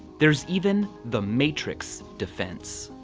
there's even the matrix defense.